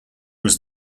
was